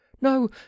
no